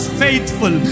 faithful